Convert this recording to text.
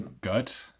gut